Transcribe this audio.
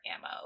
ammo